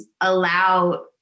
allow